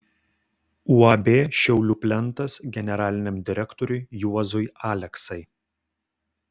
uab šiaulių plentas generaliniam direktoriui juozui aleksai